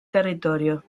territorio